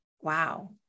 Wow